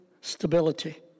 stability